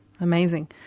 amazing